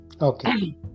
Okay